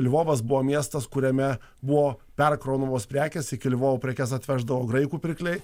lvovas buvo miestas kuriame buvo perkraunamos prekės iki lvovo prekes atveždavo graikų pirkliai